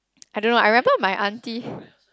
I don't know I remember my aunty